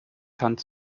hans